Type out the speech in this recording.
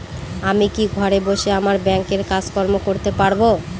আমি কি ঘরে বসে আমার ব্যাংকের কাজকর্ম করতে পারব?